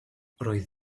roedd